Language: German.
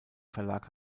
verlag